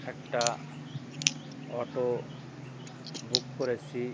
একটা auto book করেছি